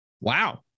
wow